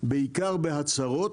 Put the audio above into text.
בעיקר בהצהרות,